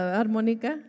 harmonica